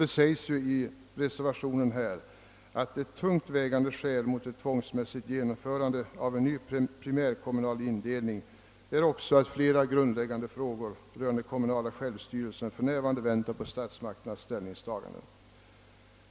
Det sägs i reservationen att »ett tungt vägande skäl mot ett tvångsmässigt genomförande av ny primärkommunal indelning är också att flera grundläggande frågor rörande den kommunala självstyrelsen för närvarande väntar på statsmakternas ställningstagande».